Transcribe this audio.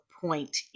point